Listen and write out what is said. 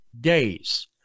days